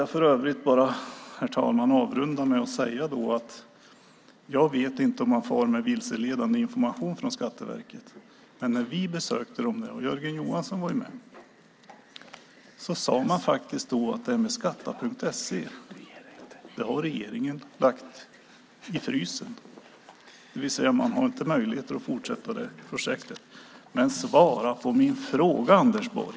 Jag vill för övrigt bara avrunda med att säga att jag inte vet om man far med vilseledande information från Skatteverket, men när vi besökte dem - Jörgen Johansson var med - sade man faktiskt att det här med skatta.se har regeringen lagt i frysen, det vill säga, man har inte möjlighet att fortsätta det projektet. Svara på min fråga, Anders Borg!